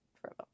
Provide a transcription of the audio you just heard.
forever